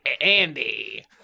Andy